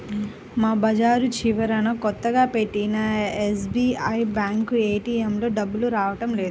మా బజారు చివరన కొత్తగా పెట్టిన ఎస్బీఐ బ్యేంకు ఏటీఎంలో డబ్బులు రావడం లేదు